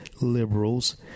liberals